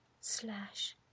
slash